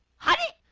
height